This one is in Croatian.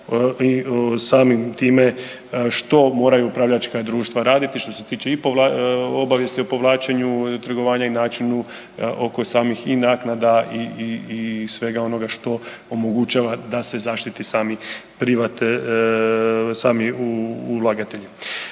i samim time što moraju upravljačka društva raditi i što se tiče i obavijesti o povlačenju trgovanja i načinu oko samih i naknada i svega onoga što omogućava da se zaštiti sami privat, sami ulagatelj.